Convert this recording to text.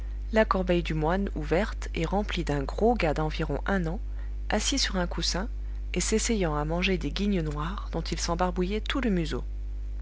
la corbeille du moine ouverte et remplie d'un gros gars d'environ un an assis sur un coussin et s'essayant à manger des guignes noires dont il s'embarbouillait tout le museau